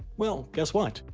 well, guess what?